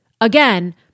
Again